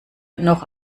noch